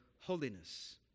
holiness